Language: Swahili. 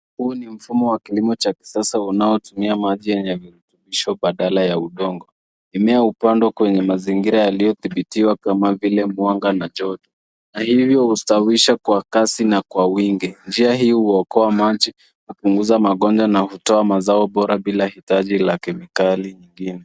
Huu ni mfumo wa kilimo cha kisasa unaotumia maji ya virutubisho badala ya udongo . Mimea hutumiwa katika mazingira yaliyo thibitiwa kama vile mwanga na joto a hivyo hustawisha kwa kasi na kwa wingi. Njia hii huokoa maji, kupunguza magonjwa na hutoa mazao bora bila mahitaji ya kemikali nyingine.